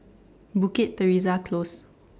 Bukit Teresa Close